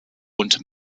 und